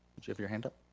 did you have your hand up?